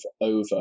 over